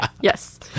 Yes